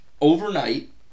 overnight